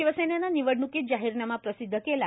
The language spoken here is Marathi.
शिवसेनेने निवडण्कीत जाहीरनामा प्रसिदध केला